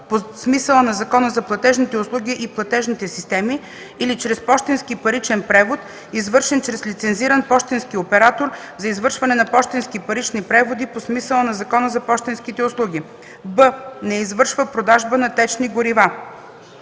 по смисъла на Закона за платежните услуги и платежните системи, или чрез пощенски паричен превод, извършен чрез лицензиран пощенски оператор за извършване на пощенски парични преводи по смисъла на Закона за пощенските услуги; б) не извършва продажби на течни горива;